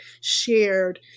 shared